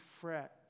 fret